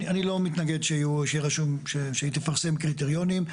אני לא מתנגד שיהיה רשום שהיא תפרסם קריטריונים.